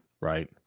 right